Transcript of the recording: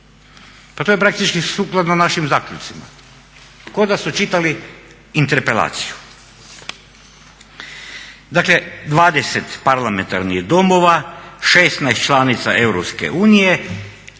Pa to je praktički sukladno našim zaključcima. Kao da su čitali interpelaciju. Dakle, 20 parlamentarnih domova, 16 članica EU,